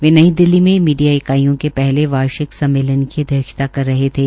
वे नई दिल्ली में मीडिया इकाइयों के पहले वार्षिक सम्मेलन की अध्यक्षता कर रहे थे